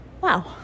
wow